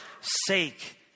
sake